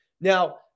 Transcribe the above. Now